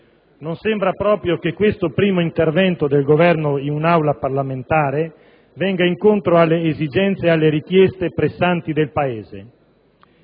non sembra proprio che questo primo intervento dell'Esecutivo in un'Aula parlamentare venga incontro alle esigenze e alle richieste pressanti del Paese.